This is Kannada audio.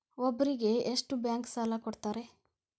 ಒಬ್ಬರಿಗೆ ಎಷ್ಟು ಬ್ಯಾಂಕ್ ಸಾಲ ಕೊಡ್ತಾರೆ?